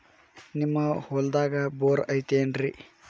ನಿಮ್ಮ ಹೊಲ್ದಾಗ ಬೋರ್ ಐತೇನ್ರಿ?